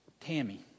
Tammy